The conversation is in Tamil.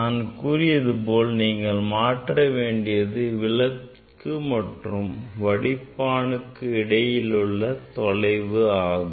நான் கூறியது போல நீங்கள் மாற்ற வேண்டியது விளக்கு மற்றும் வடிப்பானுக்கு இடையில் உள்ள தொலைவு ஆகும்